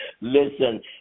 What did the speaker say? listen